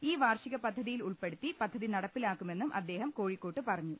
ഈ വാർഷിക പദ്ധതിയിൽ ഉൾപ്പെടുത്തി പദ്ധതി നടപ്പിലാ ക്കുമെന്നും അദ്ദേഹം കോഴിക്കോട്ട് പറഞ്ഞു